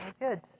Good